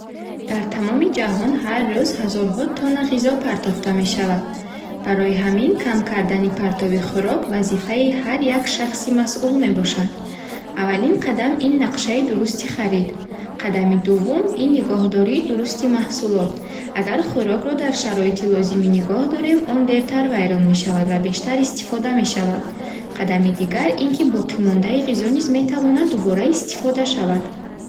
Дар тамоми ҷаҳон ҳар рӯз ҳазорҳо тонна ғизо партофта мешавад. Барои ҳамин, кам кардани партови хӯрок вазифаи ҳар як шахси масъул мебошад. Аввалин қадам ин нақшаи дурусти харид. Қадами дувум ин нигоҳдории дурусти маҳсулот. Агар хӯрокро дар шароити лозимӣ нигоҳ дорем, он дертар вайрон мешавад ва бештар истифода мешавад. Қадами дигар ин ки боқимондаи ғизо низ метавонад дубора истифода шавад.